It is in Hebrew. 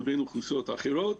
לבין אוכלוסיות אחרות.